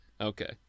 Okay